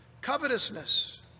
Covetousness